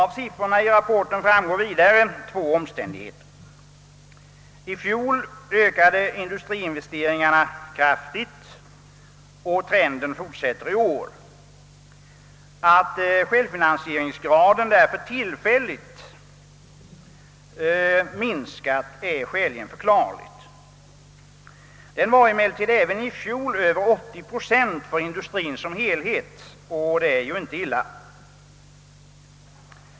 Av siffrorna i rapporten framgår vidare två omständigheter. I fjol ökade industriinvesteringarna kraftigt, och den trenden fortsätter i år. Att självfinansieringsgraden därför tillfälligt minskar är skäligen förklarligt. Den var emellertid även i fjol över 80 procent för industrien som helhet, och det är ju inte illa.